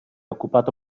occupato